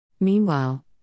Meanwhile